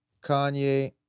Kanye